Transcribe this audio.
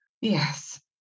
Yes